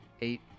eight